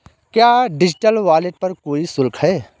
क्या digital wallet पर कोई शुल्क है?